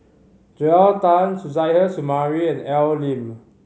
Joel Tan Suzairhe Sumari and Al Lim